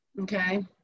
Okay